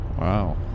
Wow